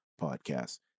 podcasts